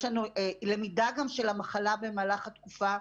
יש לנו למידה גם של המחלה במהלך התקופה.